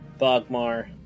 Bogmar